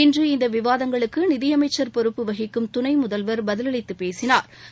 இன்று இந்த விவாதங்களுக்கு நிதியமைச்சர் பொறுப்பு வகிக்கும் துணை முதல்வர் பதிலளித்துப் பேசினாா்